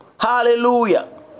Hallelujah